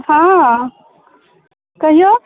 हँ कहिऔ